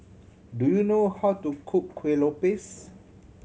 do you know how to cook Kueh Lopes